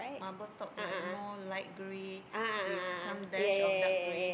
marble top like more light grey with some dash of dark grey